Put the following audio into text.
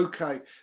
Okay